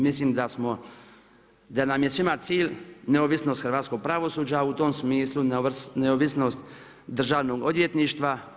Mislim da smo, da nam je svima ciljem, neovisnost hrvatskog pravosuđa u tom smislu, neovisnost državnog odvjetništva.